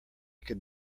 could